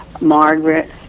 Margaret